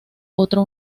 otro